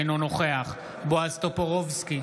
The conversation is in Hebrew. אינו נוכח בועז טופורובסקי,